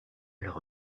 leur